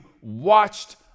watched